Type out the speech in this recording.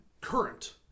current